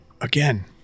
again